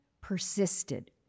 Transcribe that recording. persisted